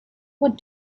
what